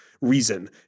reason